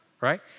right